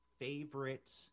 favorite